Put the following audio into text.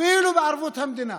אפילו בערבות המדינה.